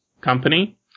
company